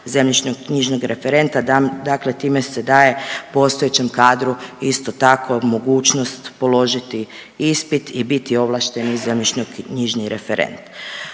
zemljišnoknjižnog referenta, dakle time se daje postojećem kadru isto tako mogućnost položiti ispit i biti ovlašteni zemljišnoknjižni referent.